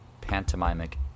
pantomimic